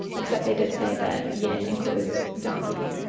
except they did say that yin includes donkey,